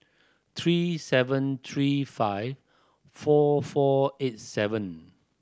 three seven three five four four eight seven